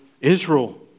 Israel